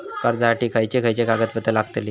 कर्जासाठी खयचे खयचे कागदपत्रा लागतली?